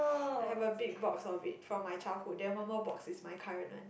I have a big box of it from my childhood then one more box is from my current one